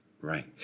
Right